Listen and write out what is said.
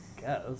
Guess